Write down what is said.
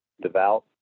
devout